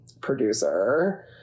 producer